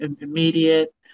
immediate